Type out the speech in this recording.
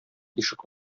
ишек